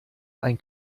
ein